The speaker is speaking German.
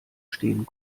stehen